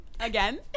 again